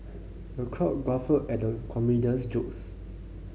the crowd guffawed at the comedian's jokes